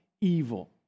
evil